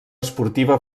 esportiva